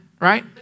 right